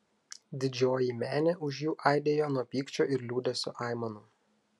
didžioji menė už jų aidėjo nuo pykčio ir liūdesio aimanų